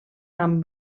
amb